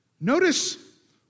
Notice